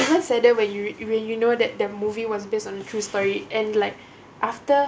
it's more sadder when you when you know that that movie was based on a true story and like after